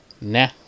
Nah